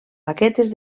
baquetes